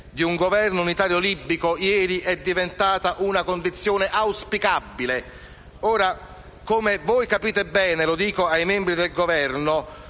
di un Governo unitario libico ieri è diventata una condizione auspicabile. Come voi capite bene - e mi rivolgo ai membri del Governo